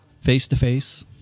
face-to-face